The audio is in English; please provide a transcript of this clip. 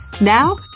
Now